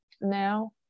now